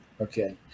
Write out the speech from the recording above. Okay